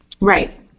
right